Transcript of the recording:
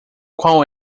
qual